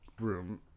room